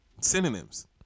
Synonyms